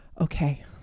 okay